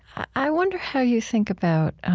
i wonder how you think about